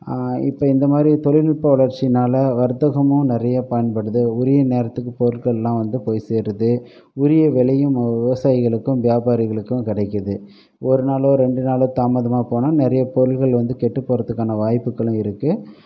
இப்போ இந்தமாதிரி தொழில்நுட்ப வளர்ச்சியினால வர்த்தகமும் நிறைய பயன்படுது உரிய நேரத்துக்கு பொருட்களெலாம் வந்து போய் சேருது உரிய விலையும் அவ் விவசாயிகளுக்கும் வியாபாரிகளுக்கும் கிடைக்கிறது ஒரு நாள் ரெண்டு நாள் தாமதமாக போனால் நிறைய பொருட்கள் வந்து கெட்டுப்போகிறத்துக்கான வாய்ப்புக்களும் இருக்குது